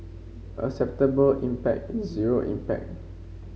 acceptable impact is zero impact